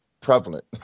prevalent